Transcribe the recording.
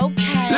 Okay